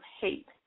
hate